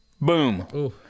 boom